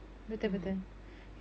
mmhmm